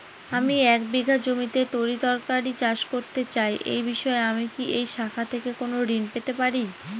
আমি এক বিঘা জমিতে তরিতরকারি চাষ করতে চাই এই বিষয়ে আমি কি এই শাখা থেকে কোন ঋণ পেতে পারি?